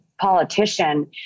politician